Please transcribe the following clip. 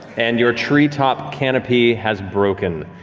and your treetop canopy has broken.